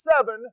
seven